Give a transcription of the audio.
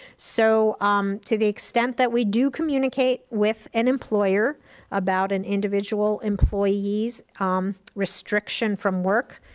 so um to the extent that we do communicate with an employer about an individual employee's um restriction from work,